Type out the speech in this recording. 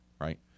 right